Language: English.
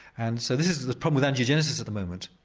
and so this is the problem with anti-genesis at the moment.